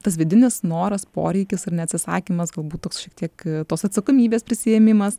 tas vidinis noras poreikis ar ne atsisakymas galbūt toks šiek tiek tos atsakomybės prisiėmimas